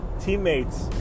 teammates